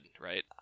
Right